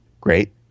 Great